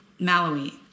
Malawi